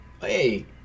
hey